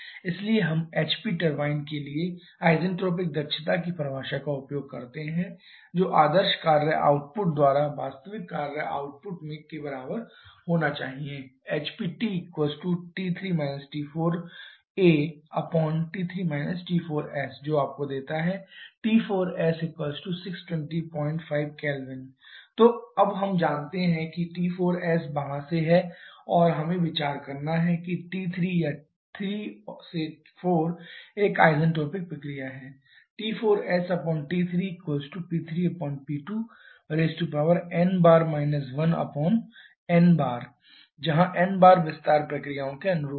इसलिए हम HP turbine के लिए आइसेंट्रोपिक दक्षता की परिभाषा का उपयोग करते हैं जो आदर्श कार्य आउटपुट द्वारा वास्तविक कार्य आउटपुट के बराबर होना चाहिए 𝜂HPtT3 T4aT3 T4s जो आपको देता है T4s6205 K तो अब हम जानते हैं कि T4s वहां से है और हमें विचार करना है कि T3 या 3 से 4 एक आइसेंट्रोपिक प्रक्रिया है T4sT3P3P2n 1n जहां n bar विस्तार प्रक्रियाओं के अनुरूप है